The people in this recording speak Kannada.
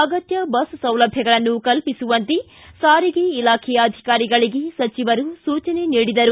ಅಗತ್ತ ಬಸ್ ಸೌಲಭ್ಯಗಳನ್ನು ಕಲ್ಪಿಸುವಂತೆ ಸಾರಿಗೆ ಇಲಾಖೆ ಅಧಿಕಾರಿಗಳಿಗೆ ಸಚಿವರು ಸೂಚನೆ ನೀಡಿದರು